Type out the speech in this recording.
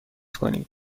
کنید